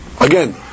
again